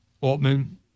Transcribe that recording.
Altman